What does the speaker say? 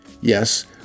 Yes